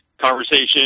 conversation